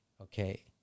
Okay